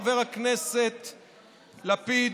חבר הכנסת לפיד,